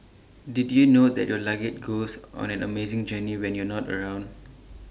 did you know that your luggage goes on an amazing journey when you're not around